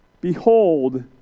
Behold